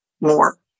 more